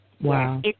Wow